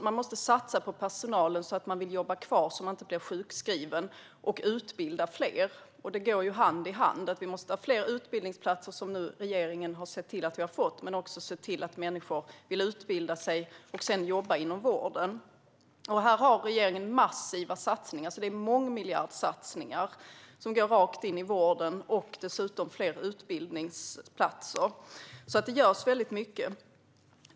Man måste satsa på personalen så att människor vill jobba kvar och så att de inte blir sjukskrivna. Man måste också utbilda fler. Dessa saker går hand i hand. Vi måste ha fler utbildningsplatser, vilket regeringen nu har sett till att vi har fått, och vi måste se till att människor vill utbilda sig och jobba inom vården. Här gör regeringen massiva satsningar - mångmiljardsatsningar - som går rakt in i vården och till fler utbildningsplatser. Det görs alltså väldigt mycket.